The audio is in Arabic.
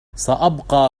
سأبقى